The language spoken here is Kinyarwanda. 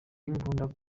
mbunda